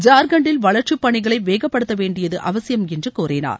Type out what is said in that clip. ஜார்க்கன்டில் வளர்ச்சி பனிகளை வேகப்படுத்தவேணடியது அவசியம் என்று கூறினார்